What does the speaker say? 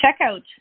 checkout